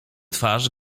twarz